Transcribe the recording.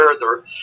further